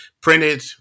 printed